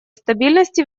стабильности